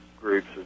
groups